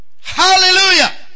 Hallelujah